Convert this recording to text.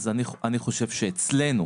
אני חושב שאצלנו,